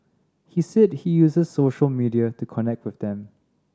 he said he uses social media to connect with them